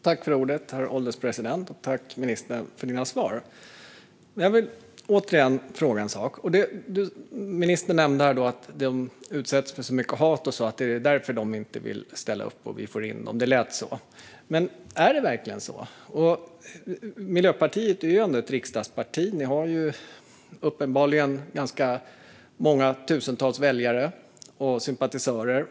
Herr ålderspresident! Tack, ministern, för dina svar! Jag vill återigen fråga en sak. Ministern säger att de utsätts för så mycket hat och att det är därför de inte vill ställa upp så att vi får in dem. Det lät så. Men är det verkligen så? Miljöpartiet är ändå ett riksdagsparti. Ni har uppenbarligen tusentals väljare och sympatisörer.